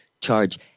charge